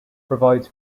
provides